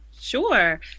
Sure